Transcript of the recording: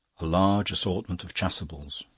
a large assortment of chasubles.